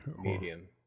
Medium